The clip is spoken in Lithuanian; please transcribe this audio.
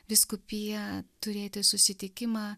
vyskupija turėti susitikimą